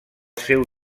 seu